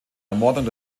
ermordung